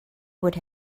would